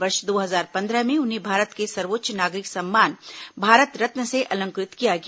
वर्ष दो हजार पंद्रह में उन्हें भारत के सर्वोच्च नागरिक सम्मान भारत रत्न से अलंकृत किया गया